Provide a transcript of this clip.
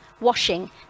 washing